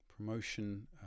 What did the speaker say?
Promotion